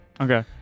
Okay